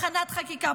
הכנת חקיקה,